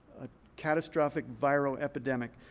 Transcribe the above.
a catastrophic viral epidemic?